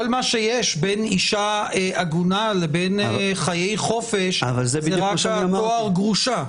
כל מה שיש בין אישה עגונה לבין חיי חופש זה רק התואר "גרושה".